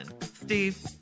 Steve